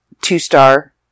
two-star